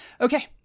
Okay